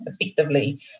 effectively